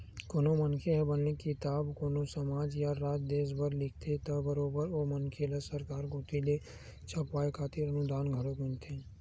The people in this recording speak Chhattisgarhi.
कोनो मनखे ह बने किताब कोनो समाज या राज देस बर लिखथे त बरोबर ओ मनखे ल सरकार कोती ले छपवाय खातिर अनुदान घलोक मिलथे